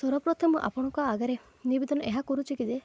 ସର୍ବପ୍ରଥମେ ମୁଁ ଆପଣଙ୍କ ଆଗରେ ନିବେଦନ ଏହା କରୁଛି କି ଯେ